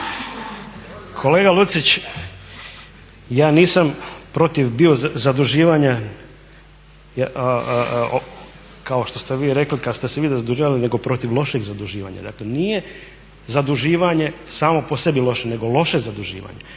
Kolega Lucić, ja nisam protiv bio zaduživanja kao što ste vi rekli kad ste se vi zaduživali nego protiv lošeg zaduživanja. Dakle nije zaduživanje samo po sebi loše nego loše zaduživanje.